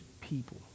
people